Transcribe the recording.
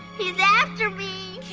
he's after me.